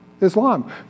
Islam